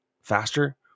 faster